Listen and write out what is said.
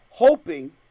Hoping